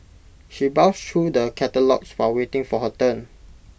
she browsed through the catalogues while waiting for her turn